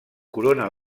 corona